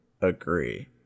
agree